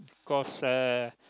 cause uh